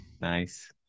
Nice